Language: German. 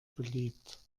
beliebt